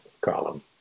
column